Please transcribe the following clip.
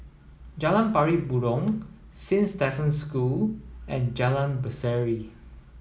Jalan Pari Burong Saint Stephen's School and Jalan Berseri